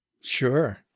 Sure